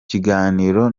kiganiro